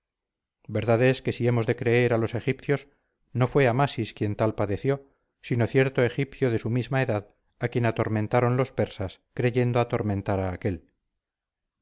es que si hemos de creer a los egipcios no fue amasis quien tal padeció sino cierto egipcio de su misma edad a quien atormentaron los persas creyendo atormentar a aquél